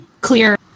clear